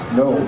no